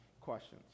questions